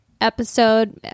episode